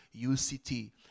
UCT